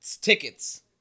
tickets